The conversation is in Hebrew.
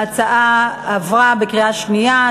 ההצעה עברה בקריאה שנייה,